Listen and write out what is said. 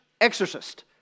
exorcist